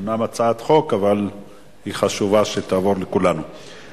זו אומנם הצעת חוק, אבל חשוב לכולנו שהיא תעבור.